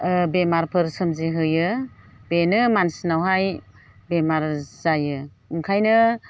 बेमारफोर सोमजिहोयो बेनो मानसिनावहाय बेमार जायो ओंखायनो